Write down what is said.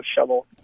shovel